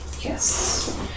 Yes